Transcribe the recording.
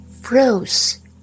froze